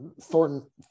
Thornton